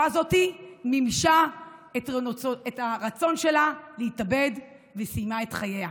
הזאת מימשה את הרצון שלה להתאבד וסיימה את חייה,